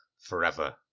forever